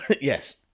Yes